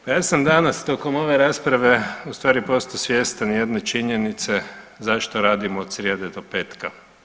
Pa ja sam danas tokom ove rasprave ustvari postao svjestan jedne činjenice zašto radimo od srijede do petka.